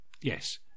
yes